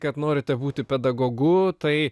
kad norite būti pedagogu tai